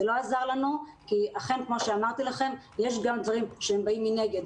זה לא עזר לנו כי יש גם דברים שבאים מנגד.